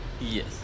Yes